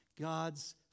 God's